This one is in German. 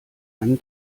einen